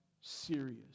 serious